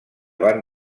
van